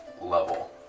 level